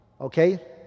Okay